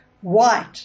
White